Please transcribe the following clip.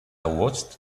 watched